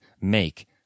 make